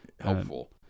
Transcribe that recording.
Helpful